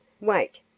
Wait